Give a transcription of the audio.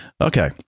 okay